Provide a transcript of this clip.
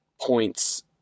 points